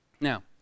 Now